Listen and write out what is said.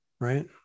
Right